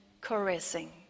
caressing